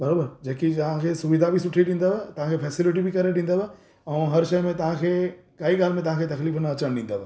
बराबरि जेकी तव्हांखे सुविधा बि सुठी ॾींदव तव्हांखे फैसेलिटियूं बि करे ॾींदव ऐं हर शइ में तव्हांखे काई ॻाल्हि में तव्हांखे तकलीफ़ न अचणु ॾींदव